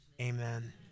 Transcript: Amen